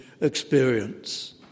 experience